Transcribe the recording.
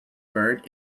bird